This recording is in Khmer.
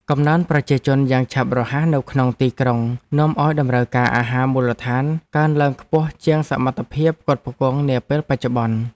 កំណើនប្រជាជនយ៉ាងឆាប់រហ័សនៅក្នុងទីក្រុងនាំឱ្យតម្រូវការអាហារមូលដ្ឋានកើនឡើងខ្ពស់ជាងសមត្ថភាពផ្គត់ផ្គង់នាពេលបច្ចុប្បន្ន។